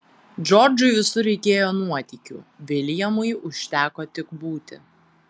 džordžui visur reikėjo nuotykių viljamui užteko tik būti